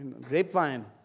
grapevine